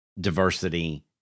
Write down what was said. diversity –